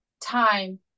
time